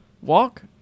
walk